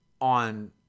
on